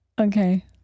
Okay